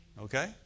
Okay